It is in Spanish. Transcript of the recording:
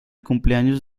cumpleaños